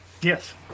yes